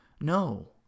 No